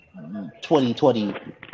2020